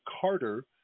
Carter